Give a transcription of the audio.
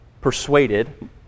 persuaded